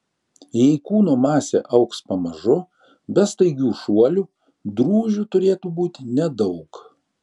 jei kūno masė augs pamažu be staigių šuolių drūžių turėtų būti nedaug